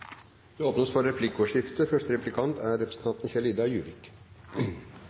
Det åpnes for replikkordskifte. Først er